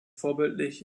vorbildlich